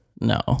No